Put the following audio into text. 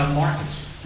markets